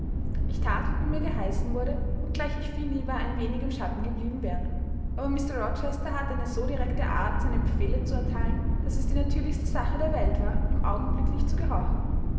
ich that wie mir geheißen wurde obgleich ich viel lieber ein wenig im schatten geblieben wäre aber mr rochester hatte eine so direkte art seine befehle zu erteilen daß es die natürlichste sache der welt war ihm augenblicklich zu gehorchen